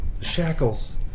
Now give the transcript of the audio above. shackles